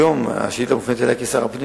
היום השאילתא מופנית אלי כשר הפנים,